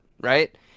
right